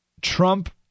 Trump